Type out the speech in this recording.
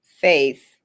faith